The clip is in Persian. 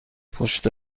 پشت